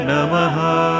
Namaha